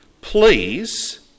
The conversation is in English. Please